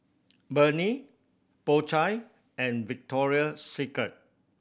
Burnie Po Chai and Victoria Secret